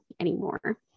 anymore